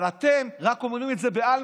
אבל אתם רק אומרים את זה בעלמא.